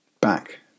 back